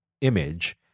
image